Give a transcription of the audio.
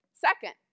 Second